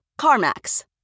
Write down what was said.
CarMax